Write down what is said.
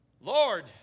Lord